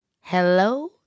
Hello